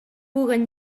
puguen